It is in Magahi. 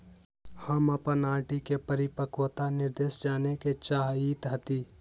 हम अपन आर.डी के परिपक्वता निर्देश जाने के चाहईत हती